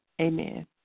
Amen